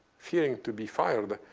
fearing to be fired.